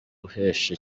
guhesha